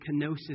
kenosis